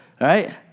right